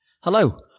Hello